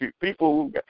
people